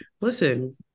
listen